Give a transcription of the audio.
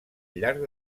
llarg